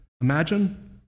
imagine